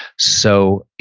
so,